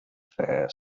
fair